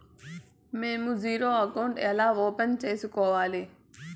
మేము zero account ఎలా open సేసుకోవాలి